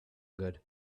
good